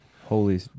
holy